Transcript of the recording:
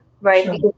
right